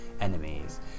enemies